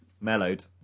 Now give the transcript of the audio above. Mellowed